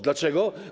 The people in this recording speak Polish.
Dlaczego?